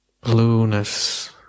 blueness